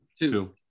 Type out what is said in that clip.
Two